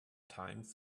times